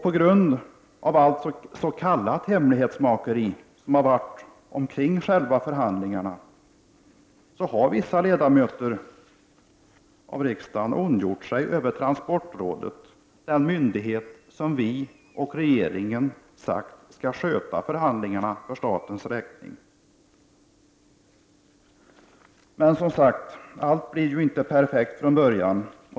På grund av allt s.k. hemlighetsmakeri som varit om själva förhandlingarna har vissa ledamöter av riksdagen ondgjort sig över transportrådet, den myndighet som riksdagen och regeringen sagt skall sköta förhandlingarna för statens räkning. Men, som sagt, allt blir inte perfekt från början.